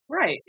Right